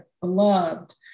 beloved